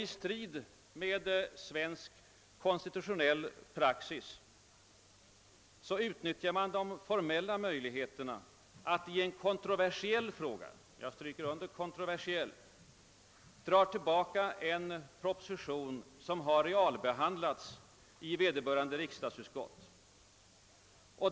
I strid med svensk konstitutionell praxis utnyttjar man de formella möjligheterna att i en kontroversiell fråga — jag betonar att det gäller en kontroversiell fråga — dra tillbaka en proposition som har realbehandlats i vederbörande riksdagsutskott.